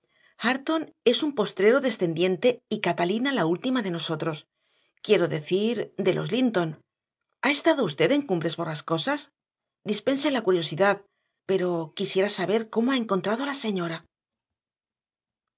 hareton es un postrero descendiente y catalina la última de nosotros quiero decir de los linton ha estado usted en cumbres borrascosas dispense la curiosidad pero quisiera saber cómo ha encontrado a la señora